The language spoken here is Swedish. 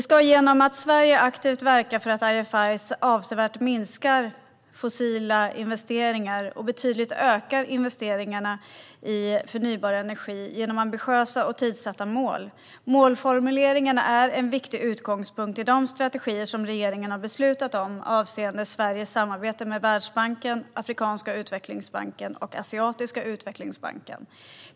Sverige verkar aktivt för att IFI:er ska minska fossila investeringar avsevärt och i stället öka investeringarna i förnybar energi betydligt, genom ambitiösa och tidsatta mål. Målformuleringar är en viktig utgångspunkt i de strategier som regeringen har beslutat om avseende Sveriges samarbete med Världsbanken, Afrikanska utvecklingsbanken och Asiatiska utvecklingsbanken.